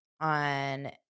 on